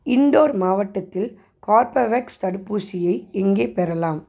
இந்தூர் மாவட்டத்தில் கார்பாவேக்ஸ் தடுப்பூசியை எங்கே பெறலாம்